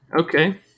Okay